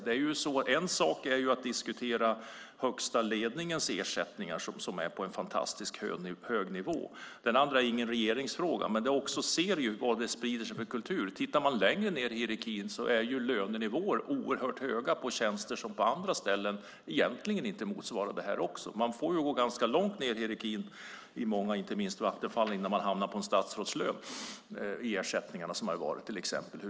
Det är en sak att diskutera högsta ledningens ersättningar som är på en fantastiskt hög nivå. Det andra är ingen regeringsfråga. Men man ser vad det sprider för kultur. Tittar man lägre ned i hierarkin är lönenivåer oerhört höga för tjänster som på andra ställen egentligen inte motsvarar det. Man får gå ganska långt ned i hierarkin på många håll och inte minst i Vattenfall innan man hamnar på en statsrådslön för ersättningar som getts.